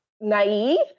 naive